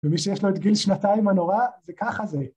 ומי שיש לו את גיל שנתיים הנורא זה ככה זה.